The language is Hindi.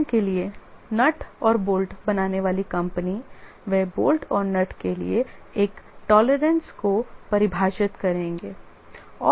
उदाहरण के लिए नट और बोल्ट बनाने वाली कंपनी वे बोल्ट और नट के लिए एक तोलेरेंज को परिभाषित करेंगे